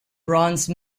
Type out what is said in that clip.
bronze